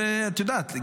את יודעת,